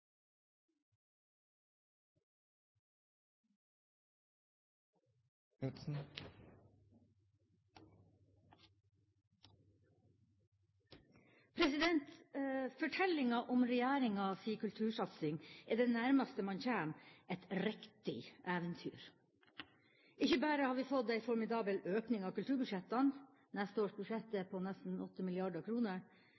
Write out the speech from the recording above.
landet. Fortellinga om regjeringas kultursatsing er det nærmeste man kommer et riktig eventyr. Ikke bare har vi fått ei formidabel økning av kulturbudsjettene – neste års budsjett er